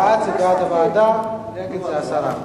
בעד זה בעד הוועדה, נגד זה הסרה.